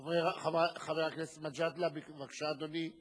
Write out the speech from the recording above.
חבר הכנסת מג'אדלה, בבקשה, אדוני.